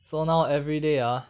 so now everyday ah